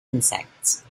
insects